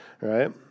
right